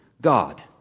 God